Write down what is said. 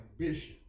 ambition